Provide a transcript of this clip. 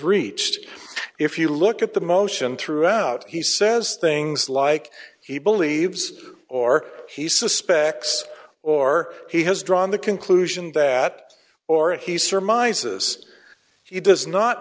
reached if you look at the motion through out he says things like he believes or he suspects or he has drawn the conclusion that or he surmises he does not